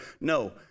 No